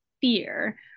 fear